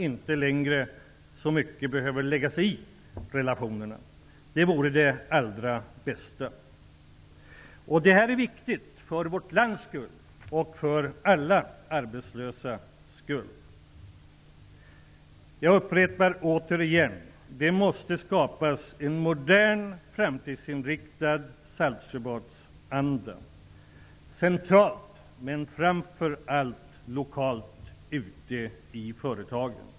Då behöver riksdagen inte lägga sig i relationerna så mycket. Det vore det allra bästa. Detta är viktigt för vårt land och för alla arbetslösa. Jag upprepar återigen att det måste skapas en modern framtidsinriktad Saltsjöbadsanda centralt, men framför allt lokalt ute i företagen.